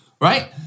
right